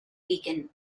beacon